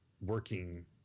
working